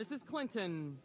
this is clinton